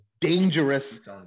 dangerous